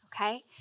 okay